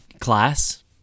class